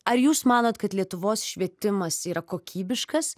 ar jūs manot kad lietuvos švietimas yra kokybiškas